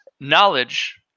knowledge